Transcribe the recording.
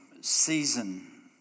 season